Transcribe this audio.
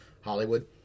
Hollywood